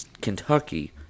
Kentucky